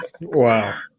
Wow